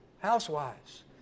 housewives